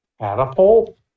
catapult